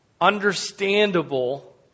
understandable